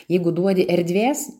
jeigu duodi erdvės